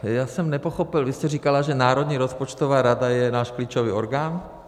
Já jsem nepochopil, vy jste říkala, že Národní rozpočtová rada je náš klíčový orgán?